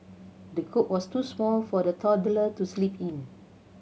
the cot was too small for the toddler to sleep in